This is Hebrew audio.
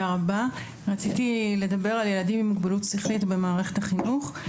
אני אדבר על ילדים עם מוגבלות שכלית במערכת החינוך.